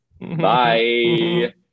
Bye